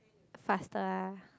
faster ah